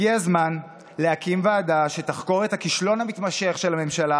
הגיע הזמן להקים ועדה שתחקור את הכישלון המתמשך של הממשלה